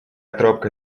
тропка